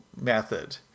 method